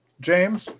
James